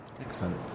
Excellent